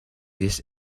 this